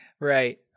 Right